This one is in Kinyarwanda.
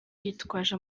yitwaje